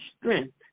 strength